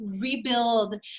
rebuild